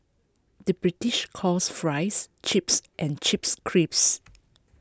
the British calls Fries Chips and Chips Crisps